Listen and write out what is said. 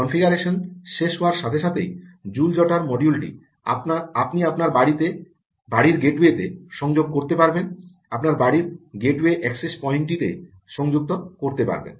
configuration শেষ হওয়ার সাথে সাথেই জুল জটার মডিউলটি আপনি আপনার বাড়ির গেটওয়েতে সংযোগ করতে পারবেন আপনার বাড়ির গেটওয়ে অ্যাক্সেস পয়েন্টটিতে সংযুক্ত করতে পারবেন